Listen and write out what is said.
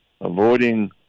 avoiding